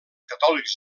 catòlics